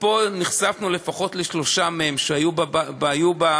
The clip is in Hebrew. ופה נחשפנו לפחות לשלושה מהם שהיו בוועדה.